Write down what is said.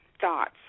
thoughts